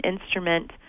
instrument